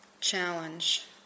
challenge